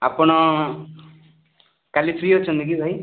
ଆପଣ କାଲି ଫ୍ରି ଅଛନ୍ତି କି ଭାଇ